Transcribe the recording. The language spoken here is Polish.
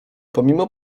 pomimo